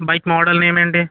bike model name ఏంటి